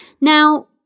Now